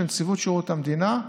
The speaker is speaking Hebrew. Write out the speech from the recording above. של נציבות שירות המדינה,